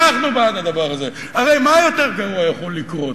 אנחנו בעד הדבר הזה, הרי מה יותר גרוע יכול לקרות?